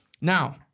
Now